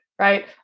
Right